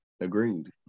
agreed